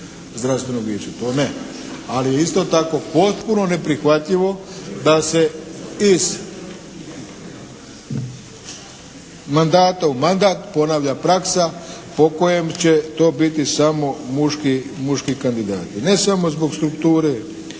Zdravstvenog vijeća, to ne. Ali isto tako je potpuno neprihvatljivo da se iz mandata u mandata ponavlja praksa po kojem će to biti samo muški kandidati. Ne samo zbog strukture